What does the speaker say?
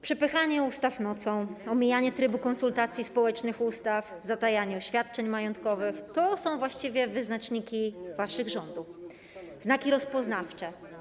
Przepychanie ustaw nocą, omijanie trybu konsultacji społecznych ustaw, zatajanie oświadczeń majątkowych - to są właściwie wyznaczniki waszych rządów, znaki rozpoznawcze.